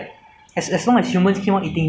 any this kind of virus will definitely come out [one] [what]